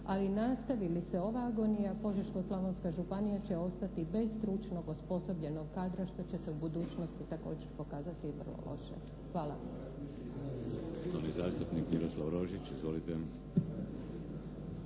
ali nastavi li se ova agonija Požeško-Slavonska županija će ostati bez stručnog osposobljenog kadra što će se u budućnosti također pokazati vrlo loše. Hvala.